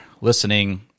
listening